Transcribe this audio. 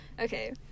Okay